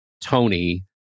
Tony